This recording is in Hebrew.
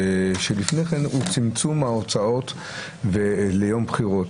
שלפני כן היא צמצום ההוצאות ליום בחירות.